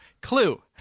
clue